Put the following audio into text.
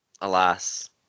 alas